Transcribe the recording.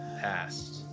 past